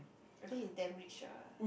I think he's damn rich lah